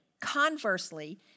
Conversely